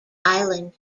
island